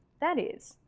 that is,